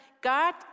God